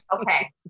Okay